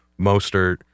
Mostert